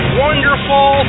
wonderful